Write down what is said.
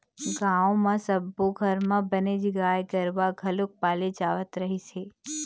गाँव म सब्बो घर म बनेच गाय गरूवा घलोक पाले जावत रहिस हे